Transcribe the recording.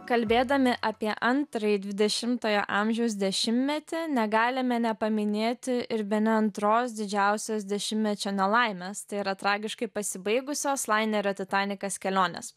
kalbėdami apie antrąjį dvidešimtojo amžiaus dešimtmetį negalime nepaminėti ir bene antros didžiausios dešimtmečio nelaimės tai yra tragiškai pasibaigusios lainerio titanikas kelionės